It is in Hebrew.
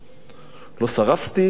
לא שרפתי ולא קרעתי.